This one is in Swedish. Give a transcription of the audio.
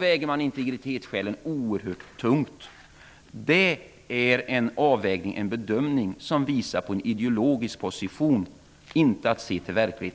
väger integritetsskälen oerhört tungt. Det är en bedömning som visar en ideologisk position. Det är inte att se till verkligheten.